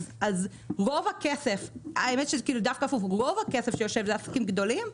רוב הכסף שיושב הוא מעסקים גדולים,